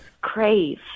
crave